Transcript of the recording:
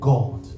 God